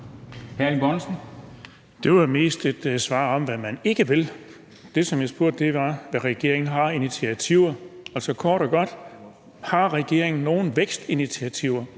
Erling Bonnesen (V): Det var jo mest et svar på, hvad man ikke vil. Det, som jeg spurgte om, var, hvad regeringen har af initiativer. Altså, kort og godt: Har regeringen nogen vækstinitiativer,